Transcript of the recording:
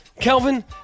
Kelvin